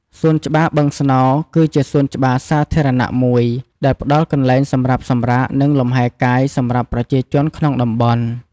សួនច្បារបឹងស្នោគឺជាសួនច្បារសាធារណៈមួយដែលផ្តល់កន្លែងសម្រាប់សម្រាក និងលំហែកាយសម្រាប់ប្រជាជនក្នុងតំបន់។